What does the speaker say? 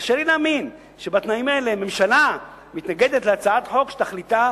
קשה לי להאמין שבתנאים האלה ממשלה מתנגדת להצעת חוק שתכליתה